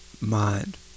mind